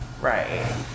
Right